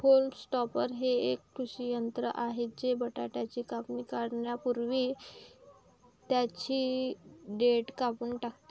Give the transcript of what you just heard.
haulm topper हे एक कृषी यंत्र आहे जे बटाट्याची कापणी करण्यापूर्वी त्यांची देठ कापून टाकते